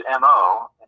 MO